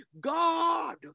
God